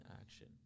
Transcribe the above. action